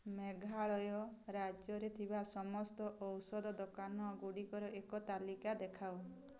ମେଘାଳୟ ରାଜ୍ୟରେ ଥିବା ସମସ୍ତ ଔଷଧ ଦୋକାନଗୁଡ଼ିକର ଏକ ତାଲିକା ଦେଖାଅ